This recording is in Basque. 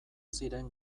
ziren